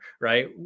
right